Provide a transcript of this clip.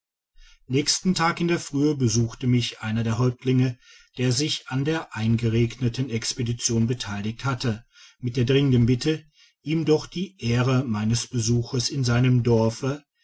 nächsten tag in der frühe besuchte mich einer der häuptlinge der sich an der eingeregneten expedition beteiligt hatte mit der dringenden bitte ihm doch die ehre meines besuches in seinem dorfe